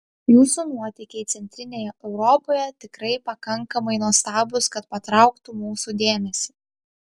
jūsų nuotykiai centrinėje europoje tikrai pakankamai nuostabūs kad patrauktų mūsų dėmesį